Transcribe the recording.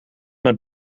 met